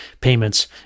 payments